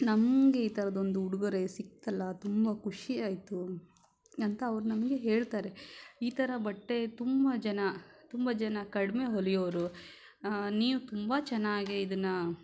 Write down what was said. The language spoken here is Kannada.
ನಮಗೆ ಈ ಥರದ್ದು ಒಂದು ಉಡುಗೊರೆ ಸಿಕ್ತಲ್ಲ ತುಂಬ ಖುಷಿಯಾಯಿತು ಅಂತ ಅವರು ನಮಗೆ ಹೇಳ್ತಾರೆ ಈ ಥರ ಬಟ್ಟೆ ತುಂಬ ಜನ ತುಂಬ ಜನ ಕಡಿಮೆ ಹೊಲಿಯೋರು ನೀವು ತುಂಬ ಚೆನ್ನಾಗಿ ಇದನ್ನು